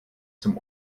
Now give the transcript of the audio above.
zum